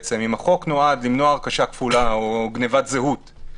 אם החוק נועד למנוע הרכשה כפולה או גניבת זהות,